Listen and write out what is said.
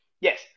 Yes